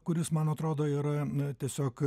kuris man atrodo yra na tiesiog